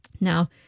Now